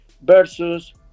versus